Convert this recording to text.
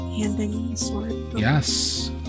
Yes